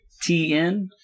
TN